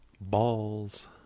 Balls